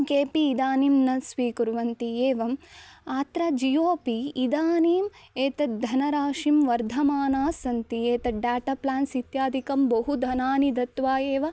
केऽपि इदानीं न स्वीकुर्वन्ति एवम् अत्र जियो अपि इदानीम् एतद् धनराशिं वर्धमाना सन्ति एतद् डाटा प्लान्स् इत्यादिकं बहु धनानि दत्वा एव